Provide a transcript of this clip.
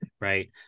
right